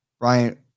Ryan –